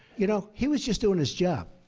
you know, he was just doing his job.